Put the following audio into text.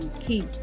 keep